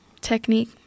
technique